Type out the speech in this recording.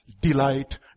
Delight